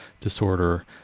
disorder